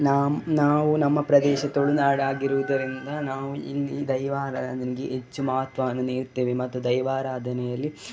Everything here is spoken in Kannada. ನಾವು ನಾವು ನಮ್ಮ ಪ್ರದೇಶ ತುಳುನಾಡು ಆಗಿರುವುದರಿಂದ ನಾವು ಇಲ್ಲಿ ದೈವಾರಾಧನೆಗೆ ಹೆಚ್ಚು ಮಹತ್ವವನ್ನು ನೀಡ್ತೇವೆ ಮತ್ತು ದೈವಾರಾಧನೆಯಲ್ಲಿ